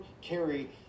carry